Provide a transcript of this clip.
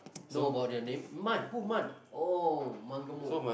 know about their name Mun who Mun oh mun gemuk